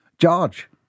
George